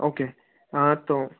okay હા તો